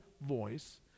voice